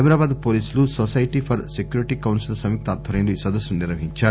సైబరాబాద్ పోలీసులు society for security council సంయుక్త ఆధ్వర్యంలో ఈ సదస్సును నిర్వహించారు